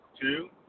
Two